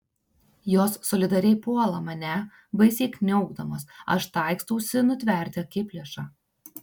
jos solidariai puola mane baisiai kniaukdamos aš taikstausi nutverti akiplėšą